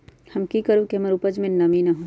हम की करू की हमर उपज में नमी न होए?